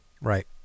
Right